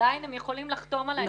עדיין הם יכולים לחתום על ההסכם.